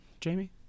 Jamie